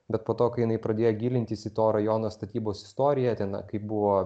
bet po to kai jinai pradėjo gilintis į to rajono statybos istoriją tenai kaip buvo